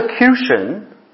Execution